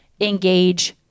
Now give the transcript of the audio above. engage